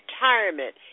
retirement